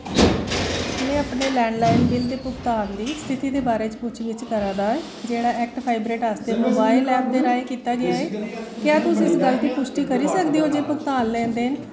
में अपने landline bill दे भुगतान दी स्थिति दे बारे च पुच्छ गिच्छ करा दा आं जेह्ड़ा एक्ट फाइबरेट आस्तै मोबाइल ऐप दे राहें कीता गेआ ऐ क्या तुस इस गल्ल दी पुश्टी करी सकदे ओ जे भुगतान लैन देन